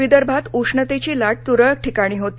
विदर्भात उष्णतेची लाट तुरळक ठिकाणी होती